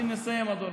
אני מסיים, אדוני.